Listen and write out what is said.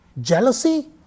jealousy